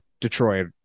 Detroit